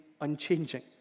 unchanging